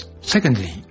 Secondly